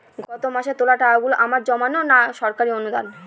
গত মাসের তোলা টাকাগুলো আমার জমানো না সরকারি অনুদান?